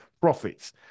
profits